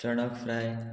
चणक फ्राय